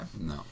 No